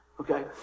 Okay